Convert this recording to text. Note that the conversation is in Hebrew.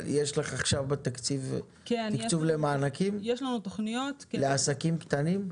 אבל יש לך בתקציב תקצוב למענקים לעסקים קטנים?